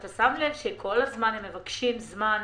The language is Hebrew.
אתה שם לב שכל הזמן הם מבקשים זמן.